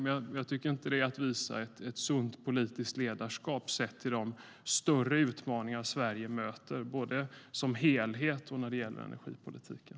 Men jag tycker inte att det är att visa ett sunt politiskt ledarskap sett till de större utmaningar Sverige möter både som helhet och när det gäller energipolitiken.